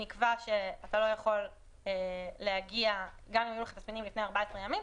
נקבע שאתה לא יכול להגיע גם אם היו לך תסמינים לפני 14 ימים,